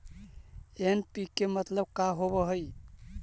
NPK मतलब का होव हइ?